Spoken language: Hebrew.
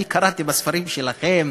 אני קראתי בספרים שלכם